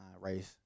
race